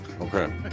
Okay